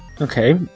Okay